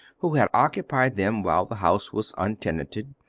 who had occupied them while the house was untenanted,